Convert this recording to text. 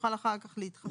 תוכל אחר כך להתחשבן.